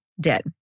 dead